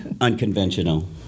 unconventional